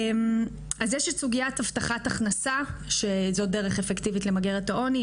יש את סוגיית הבטחת הכנסה שזאת דרך אפקטיבית למגר את העוני.